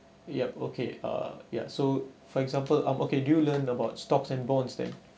yup okay uh ya so for example um okay do you learn about stocks and bonds then